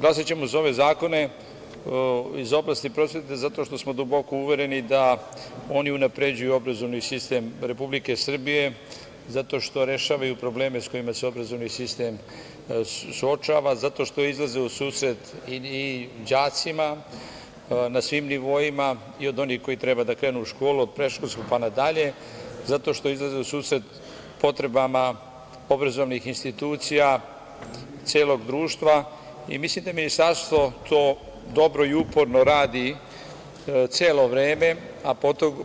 Glasaćemo za ove zakone iz oblasti prosvete zato što smo duboko uvereni da oni unapređuju obrazovni sistem Republike Srbije, zato što rešavaju probleme sa kojima se obrazovni sistem suočava, zato što izlaze u susret i đacima na svim nivoima i od onih koji treba da krenu u školu, od predškolskog pa na dalje, zato što izlaze u susret potrebama obrazovnih institucija, celog društva i mislim da ministarstvo to dobro i uporno radi sve vreme, a